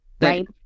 right